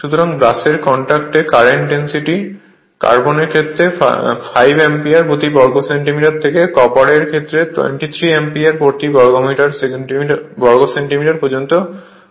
সুতরাং ব্রাশের কন্টাক্টে কারেন্ট ডেনসিটি কার্বনের ক্ষেত্রে 5 অ্যাম্পিয়ার প্রতি বর্গ সেন্টিমিটার থেকে কপার এর ক্ষেত্রে 23 অ্যাম্পিয়ার প্রতি বর্গ সেন্টিমিটার পর্যন্ত পরিবর্তিত হয়